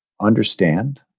understand